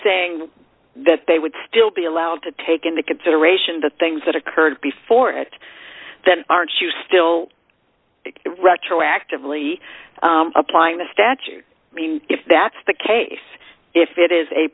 saying that they would still be allowed to take into consideration the things that occurred before it then aren't you still retroactively applying the statute i mean if that's the case if it is a